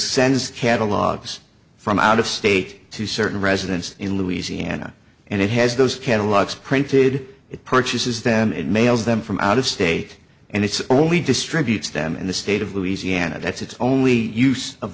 sends catalogs from out of state to certain residents in louisiana and it has those catalogs printed it purchases them it mails them from out of state and it's only distributes them in the state of louisiana that's it's only use of